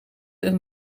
een